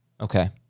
Okay